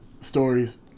stories